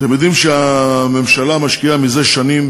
אתם יודעים שהממשלה משקיעה זה שנים